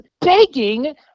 begging